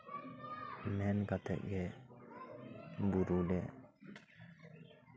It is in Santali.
ᱢᱮᱱ ᱠᱟᱛᱮ ᱜᱮ ᱵᱩᱨᱩᱨᱮ